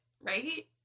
right